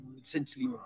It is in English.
essentially